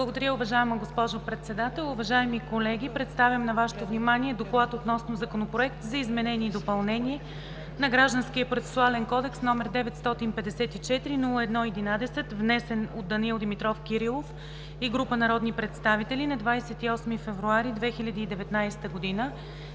Благодаря Ви, уважаема госпожо Председател. Уважаеми колеги, представям на Вашето внимание: „Доклад относно Законопроект за изменение и допълнение на Гражданския процесуален кодекс, № 954-01-11, внесен от Данаил Димитров Кирилов и група народни представители на 28 февруари 2019 г.,